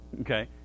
okay